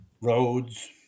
roads